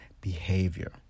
behavior